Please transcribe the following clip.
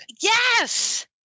Yes